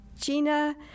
Gina